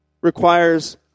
requires